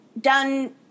done